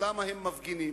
למה הם מפגינים?